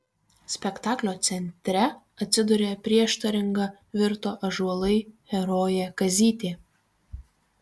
spektaklio centre atsiduria prieštaringa virto ąžuolai herojė kazytė